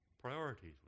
priorities